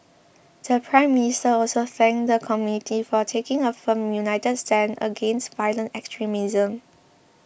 the Prime Minister also thanked the community for taking a firm united stand against violent extremism